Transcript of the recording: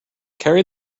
carry